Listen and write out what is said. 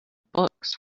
books